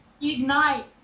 Ignite